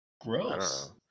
Gross